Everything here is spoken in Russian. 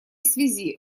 связи